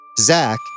Zach